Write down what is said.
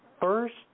First